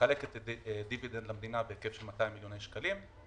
מחלקת דיבידנד למדינה בהיקף של 200 מיליון שקלים,